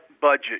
budget